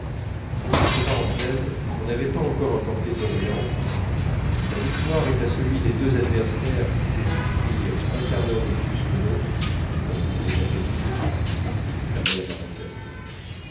on n'avait pas encore importé d'orient la victoire est à celui des deux adversaires qui sait souffrir un quart d'heure de plus que l'autre comme disent les japonais